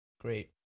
Great